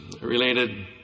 related